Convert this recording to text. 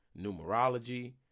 numerology